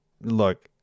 Look